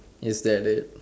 is that it